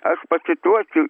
aš pacituosiu